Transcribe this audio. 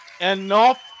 Enough